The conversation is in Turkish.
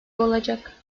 olacak